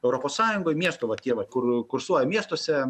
europos sąjungoj miesto vat tie va kur kursuoja miestuose